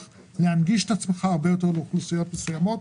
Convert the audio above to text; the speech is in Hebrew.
להנגיש את עצמך הרבה יותר לאוכלוסיות מסוימות,